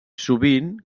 sovint